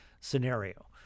scenario